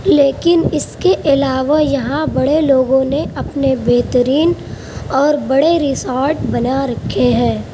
لیکن اس کے علاوہ یہاں بڑے لوگوں نے اپنے بہترین اور بڑے رسارٹ بنا رکھے ہیں